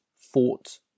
fought